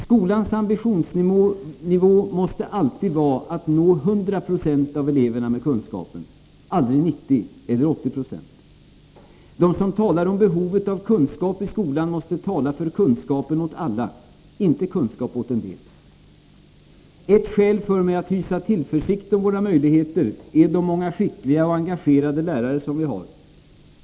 Skolans ambitionsnivå måste alltid vara att nå 100 92 av eleverna med kunskapen, aldrig 90 eller 80 Je. De som talar om behovet av kunskap i skolan måste tala för kunskapen åt alla, inte kunskap åt en del. Ett skäl för mig att hysa tillförsikt om våra möjligheter är de många skickliga och engagerade lärare vi har.